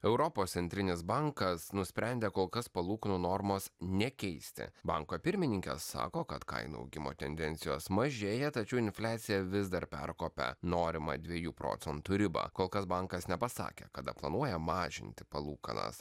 europos centrinis bankas nusprendė kol kas palūkanų normos nekeisti banko pirmininkė sako kad kainų augimo tendencijos mažėja tačiau infliacija vis dar perkopia norimą dviejų procentų ribą kol kas bankas nepasakė kada planuoja mažinti palūkanas